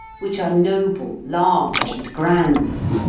which are noble, large, and grand?